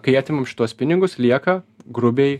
kai atimam šituos pinigus lieka grubiai